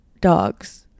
dogs